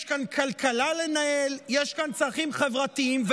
יש כאן כלכלה לנהל, יש כאן צרכים חברתיים.